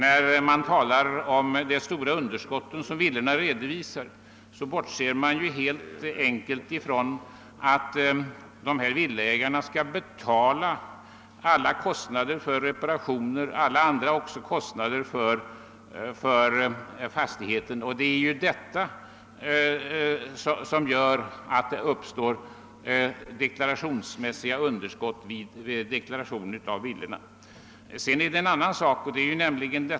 Då han talar om det stora underskott som villorna redovisar, bortser han helt enkelt från att villaägarna skall betala kostnader för reparationer samt alla andra kostnader för fastigheten, vilket ju gör att det uppstår underskott vid deklaration av en villa.